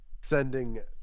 Sending